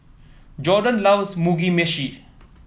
Jordon loves Mugi Meshi